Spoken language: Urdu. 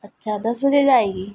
اچھا دس بجے جائے گی